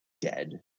dead